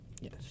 yes